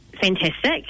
fantastic